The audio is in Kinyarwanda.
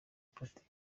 politike